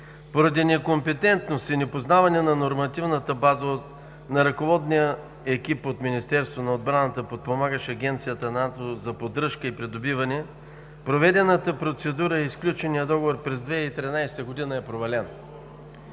Поради некомпетентност и непознаване на нормативната база на ръководния екип от Министерството на отбраната, подпомагащ Агенцията на НАТО за поддръжка и придобиване, проведената процедура и сключеният договор през 2013 г. е провален.